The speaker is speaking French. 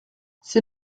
ses